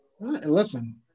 Listen